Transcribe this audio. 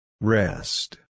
Rest